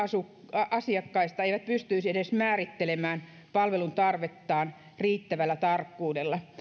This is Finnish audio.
asiakkaista eivät pystyisi edes määrittelemään palveluntarvettaan riittävällä tarkkuudella